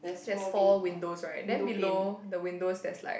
there's four windows right then below the windows there's like